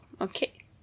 okay